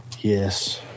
Yes